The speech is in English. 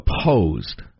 opposed